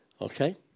okay